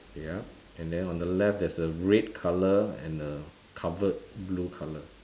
yup and then on the left there's a red colour and a cupboard blue colour